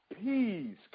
peace